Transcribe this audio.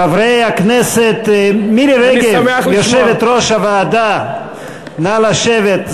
חברת הכנסת מירי רגב, יושבת-ראש הוועדה, נא לשבת.